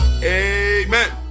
Amen